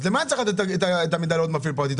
לשם מה צריך לתת את המידע לעוד מפעיל פרטי?